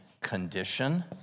condition